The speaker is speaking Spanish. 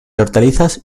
hortalizas